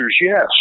yes